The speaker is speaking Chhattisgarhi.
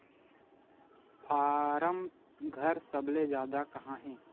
फारम घर सबले जादा कहां हे